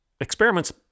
Experiments